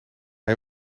hij